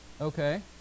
Okay